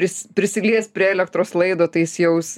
pris prisilies prie elektros laido tai jis jaus